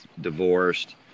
divorced